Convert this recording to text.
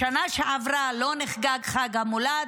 בשנה שעברה לא נחגג חג המולד,